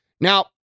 Now